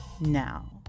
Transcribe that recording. Now